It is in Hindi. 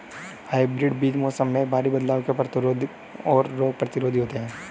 हाइब्रिड बीज मौसम में भारी बदलाव के प्रतिरोधी और रोग प्रतिरोधी होते हैं